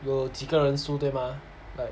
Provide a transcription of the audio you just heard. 有几个人输对吗